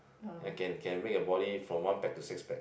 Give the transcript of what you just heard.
can can make your body from one pack to six packs